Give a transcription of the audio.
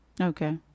Okay